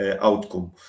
outcome